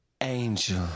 Angel